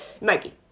Mikey